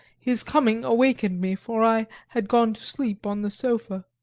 his coming awakened me, for i had gone to sleep on the sofa.